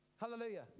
Hallelujah